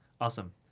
Awesome